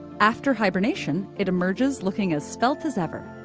after hibernation, it emerges looking as svelte as ever.